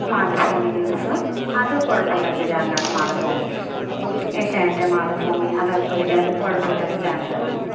Mathrubhumi news അത് കുഴപ്പമില്ലാത്ത ചാനലാണ് മാതൃഭൂമി ഏഷ്യാനെറ്റ് മാതൃഭൂമി അതൊക്ക വലിയ കുഴപ്പമില്ലാത്ത ചാനലുകളാണ്